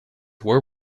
were